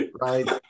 right